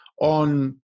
on